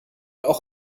auch